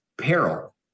peril